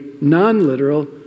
non-literal